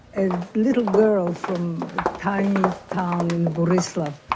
a little girl from a tiny town, and boryslaw,